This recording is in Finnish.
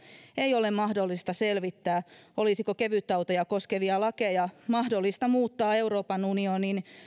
ei ole mahdollista selvittää olisiko kevytautoja koskevia lakeja mahdollista muuttaa euroopan unionin